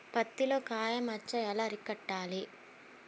పత్తిలో కాయ మచ్చ ఎలా అరికట్టాలి?